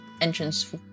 entrance